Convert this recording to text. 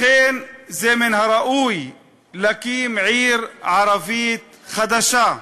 לכן מן הראוי להקים עיר ערבית חדשה.